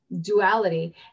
duality